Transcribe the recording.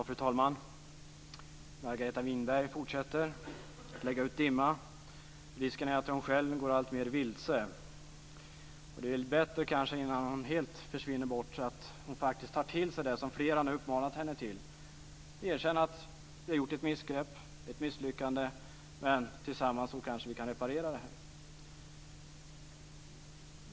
Fru talman! Margareta Winberg fortsätter att lägga ut dimma. Risken är att hon själv går alltmer vilse. Det är kanske bättre, innan hon helt försvinner bort, att hon faktiskt tar till sig det som flera nu har uppmanat henne till: att erkänna att hon har misslyckats, men att vi kanske tillsammans kan reparera skadan.